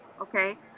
okay